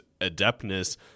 adeptness